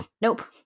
nope